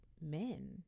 men